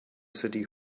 city